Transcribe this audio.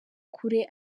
kure